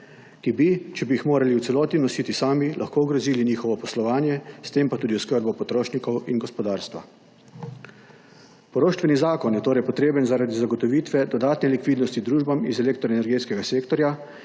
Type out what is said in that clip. ki bi, če bi jih morali v celoti nositi sami, lahko ogrozili njihovo poslovanje, s tem pa tudi oskrbo potrošnikov in gospodarstva. Poroštveni zakon je torej potreben zaradi zagotovitve dodatne likvidnosti družbam iz elektroenergetskega sektorja,